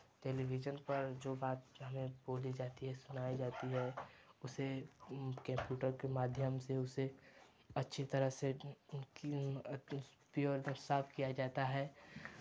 television पर जो बात हमें बोली जाती है सुनाई जाती है उसे कम्प्यूटर के माध्यम से उसे अच्छी तरह से साफ किया जाता है